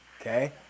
Okay